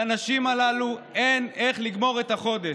לנשים הללו אין איך לגמור את החודש.